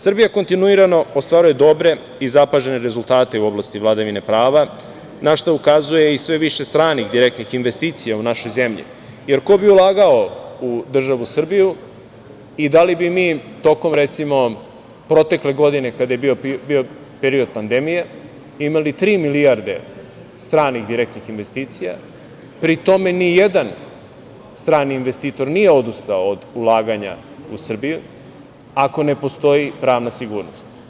Srbija kontinuirano ostvaruje dobre i zapažene rezultate u oblasti vladavine prava, na šta ukazuje i sve više stranih direktnih investicija u našoj zemlji, jer ko bi ulagao u državu Srbiju i da li bi mi tokom, recimo, protekle godine, kada je bio period pandemije, imali tri milijarde stranih direktnih investicija, pri tome ni jedan strani investitor nije odustao od ulaganja u Srbiju, ako ne postoji pravna sigurnost?